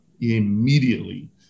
immediately